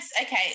okay